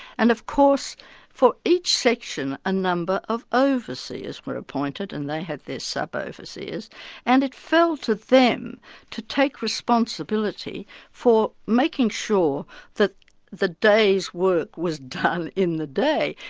and of course for each section a number of overseers were appointed and they had their sub-overseers and it fell to them to take responsibility for making sure that the day's work was done in the day,